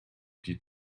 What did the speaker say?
die